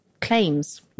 claims